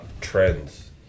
trends